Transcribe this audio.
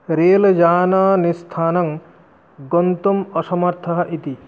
रेलयानानि स्थानं गन्तुम् असमर्थः इति